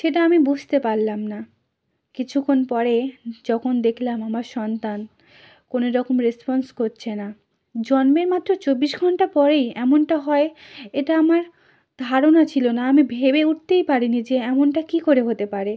সেটা আমি বুঝতে পারলাম না কিছুক্ষণ পরে যখন দেখলাম আমার সন্তান কোনো রকম রেসপন্স করছে না জন্মের মাত্র চব্বিশ ঘণ্টা পরেই এমনটা হয় এটা আমার ধারণা ছিল না আমি ভেবে উঠতেই পারিনি যে এমনটা কী করে হতে পারে